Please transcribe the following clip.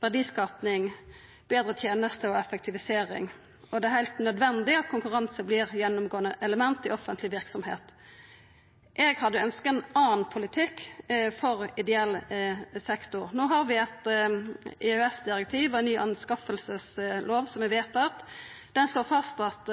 verdiskaping, betre tenester og effektivisering, og det er heilt nødvendig at konkurranse vert eit gjennomgåande element i offentleg verksemd. Eg hadde ønskt ein annan politikk for ideell sektor. No har vi eit EØS-direktiv, og ei ny anskaffingslov er vedtatt. Der slår ein fast at